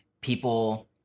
people